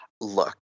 look